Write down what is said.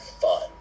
fun